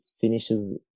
finishes